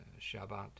Shabbat